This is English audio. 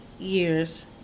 years